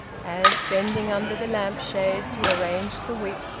as, bending under the lamp-shade to arrange the wick,